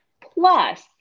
Plus